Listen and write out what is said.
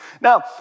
Now